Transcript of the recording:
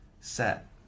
set